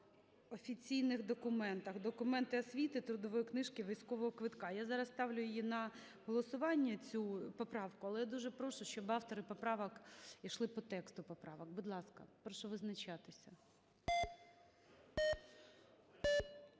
офіційних документах: документи освіти, трудової книжки, військового квитка. Я зараз ставлю її на голосування, цю поправку, але дуже прошу, щоб автори поправок ішли по тексту поправок. Будь ласка, прошу визначатися.